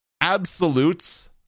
absolutes